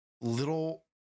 little